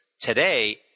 Today